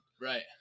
Right